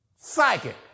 psychic